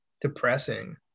depressing